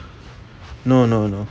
no no no